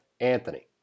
Anthony